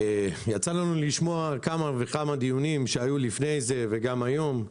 יצא לנו לשמוע כמה וכמה דיונים שהיו לפני זה וגם היום,